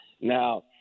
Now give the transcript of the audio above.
Now